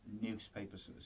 newspapers